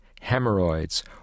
hemorrhoids